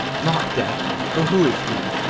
not death for who is he?